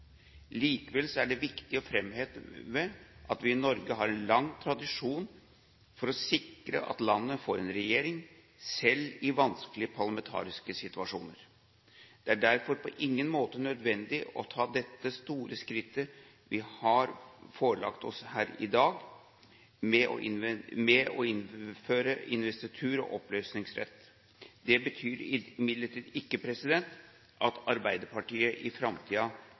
Likevel er det viktig å fremheve at vi i Norge har en lang tradisjon for å sikre at landet får en regjering selv i vanskelige parlamentariske situasjoner. Det er derfor på ingen måte nødvendig å ta dette store skrittet – forslaget som vi har fått oss forelagt her i dag – med å innføre investitur og oppløsningsrett. Det betyr imidlertid ikke at Arbeiderpartiet ikke i